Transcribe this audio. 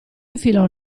infilò